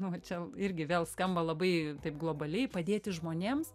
nu va čia irgi vėl skamba labai taip globaliai padėti žmonėms